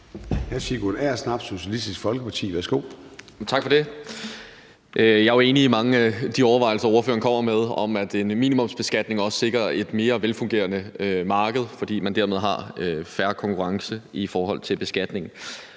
Jeg er jo enig i mange af de overvejelser, ordføreren kommer med, om, at en minimumsbeskatning også sikrer et mere velfungerende marked, fordi man dermed har fair konkurrence i forhold til beskatningen.